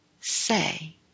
say